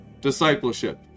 discipleship